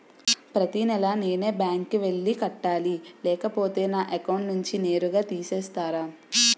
ప్రతి నెల నేనే బ్యాంక్ కి వెళ్లి కట్టాలి లేకపోతే నా అకౌంట్ నుంచి నేరుగా తీసేస్తర?